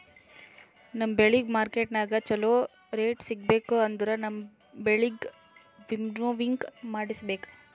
ನಮ್ ಬೆಳಿಗ್ ಮಾರ್ಕೆಟನಾಗ್ ಚೋಲೊ ರೇಟ್ ಸಿಗ್ಬೇಕು ಅಂದುರ್ ನಮ್ ಬೆಳಿಗ್ ವಿಂನೋವಿಂಗ್ ಮಾಡಿಸ್ಬೇಕ್